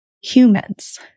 humans